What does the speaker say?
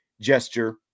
gesture